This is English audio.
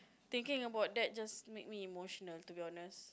thinking about that just make me emotional to be honest